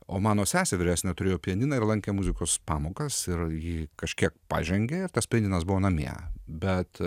o mano sesė vyresnė turėjo pianiną ir lankė muzikos pamokas ir ji kažkiek pažengė ir tas pianinas buvo namie bet